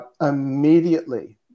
immediately